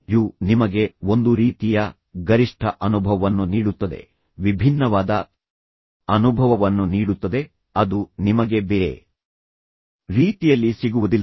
you ನಿಮಗೆ ಒಂದು ರೀತಿಯ ಗರಿಷ್ಠ ಅನುಭವವನ್ನು ನೀಡುತ್ತದೆ ವಿಭಿನ್ನವಾದ ಅನುಭವವನ್ನು ನೀಡುತ್ತದೆ ಅದು ನಿಮಗೆ ಬೇರೆ ರೀತಿಯಲ್ಲಿ ಸಿಗುವುದಿಲ್ಲ